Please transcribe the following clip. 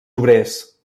obrers